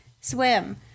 swim